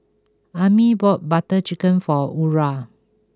Ami bought Butter Chicken for Aura